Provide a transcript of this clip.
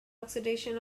oxidation